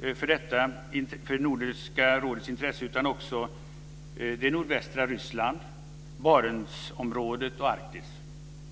för Nordiska rådets intresse utan också nordvästra Ryssland, Barentsområdet och Arktis.